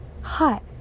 hot